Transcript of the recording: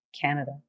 canada